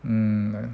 mm